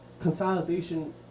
consolidation